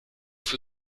für